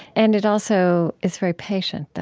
and it also is very patient, though,